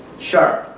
sharp,